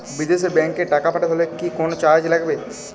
বিদেশের ব্যাংক এ টাকা পাঠাতে হলে কি কোনো চার্জ লাগবে?